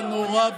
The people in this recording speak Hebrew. אני חושבת